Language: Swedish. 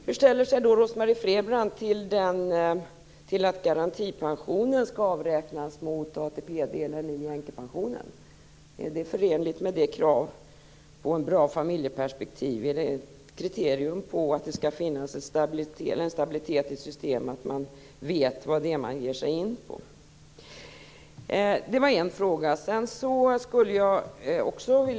Hur ställer sig Rose-Marie Frebran till att garantipensionen skall avräknas mot ATP-delen i änkepensionen? Är det förenligt med kravet på ett bra familjeperspektiv? Är det ett kriterium på att det skall finnas stabilitet i systemet, dvs. att man vet vad man ger sig in i?